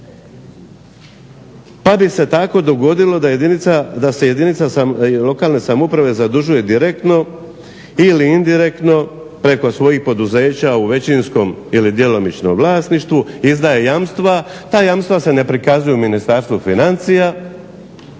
pa bi se tako dogodilo da se jedinica lokalne samouprave zadužuje direktno ili indirektno preko svojih poduzeća u većinskom ili djelomičnom vlasništvu, izdaje jamstva, ta jamstva se ne prikazuju Ministarstvu financija,